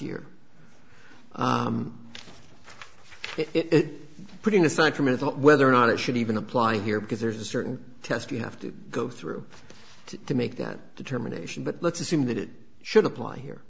year it putting aside from it's not whether or not it should even apply here because there's a certain test you have to go through to to make that determination but let's assume that it should apply here